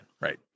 right